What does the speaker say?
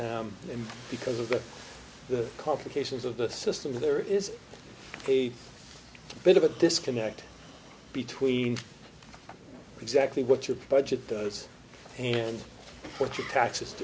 and because of the complications of the system there is a bit of a disconnect between exactly what your budget goes and what your taxes